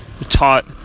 taught